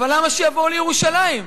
אבל למה שיבואו לירושלים?